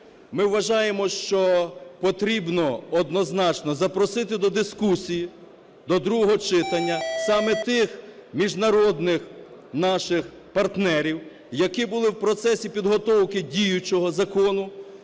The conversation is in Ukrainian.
Ми вважаємо, що потрібно однозначно запросити до дискусії, до другого читання саме тих міжнародних наших партнерів, які були в процесі підготовки діючого закону,